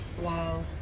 wow